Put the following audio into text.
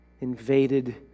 invaded